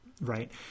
Right